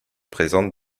présentent